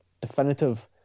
definitive